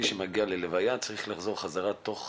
מי שמגיע להלוויה, צריך לחזור בחזרה תוך